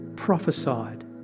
Prophesied